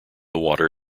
water